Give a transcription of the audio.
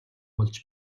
болж